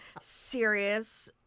serious